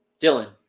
Dylan